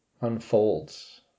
unfolds